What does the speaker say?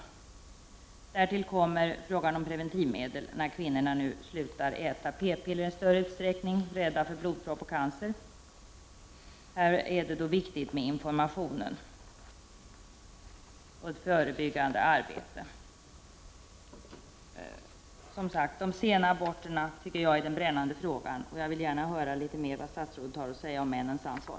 Sedan har vi också frågan om preventivmedel. I allt större utsträckning slutar ju kvinnorna äta p-piller av rädsla för blodpropp och cancer. Det är således viktigt med information och ett förebyggande arbete. Frågan om sena aborter är, som sagt, den brännande frågan. Det vore intressant att höra om statsrådet har något mer att säga om männens ansvar.